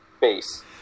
base